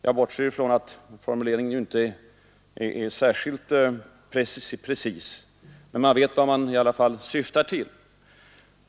Jag bortser ifrån att formuleringen inte är särskilt precis. Man förstår i alla fall vad finansministern syftar till.